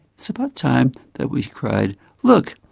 it's about time that we cried look,